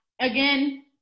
Again